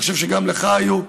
אני חושב שגם לך היו,